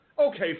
Okay